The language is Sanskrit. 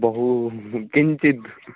बह किञ्चिद्